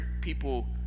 people